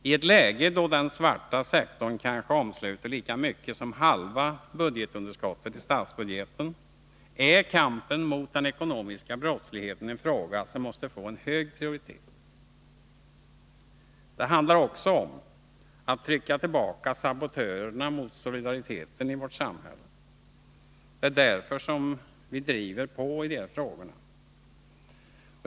I ett läge då den svarta sektorn kanske omsluter lika mycket som halva budgetunderskottet i statsbudgeten är kampen mot den ekonomiska brottsligheten en fråga som måste få hög prioritet. Det handlar också om att trycka tillbaka sabotörerna mot solidariteten i vårt samhälle. Det är därför som vi driver på i de här frågorna.